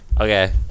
Okay